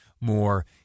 more